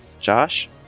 Josh